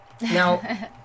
Now